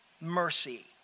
mercy